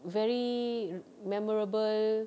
very memorable